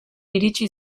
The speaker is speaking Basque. iritsi